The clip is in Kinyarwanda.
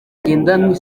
ngendanwa